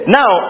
now